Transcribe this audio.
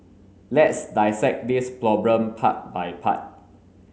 let's dissect this problem part by part